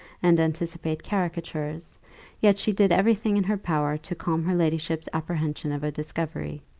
and anticipate caricatures yet she did every thing in her power to calm her ladyship's apprehension of a discovery.